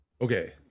okay